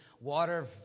water